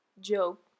joke